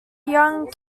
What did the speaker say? young